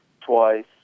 twice